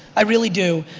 i really do.